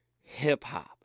hip-hop